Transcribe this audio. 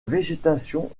végétation